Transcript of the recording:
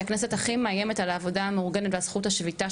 שהיא הכי מאיימת על הזכות המאורגנת ועל זכות השביתה,